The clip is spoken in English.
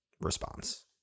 response